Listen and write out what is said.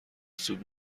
سود